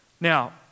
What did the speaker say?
Now